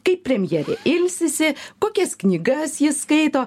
kaip premjerė ilsisi kokias knygas ji skaito